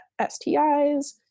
STIs